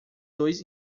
dois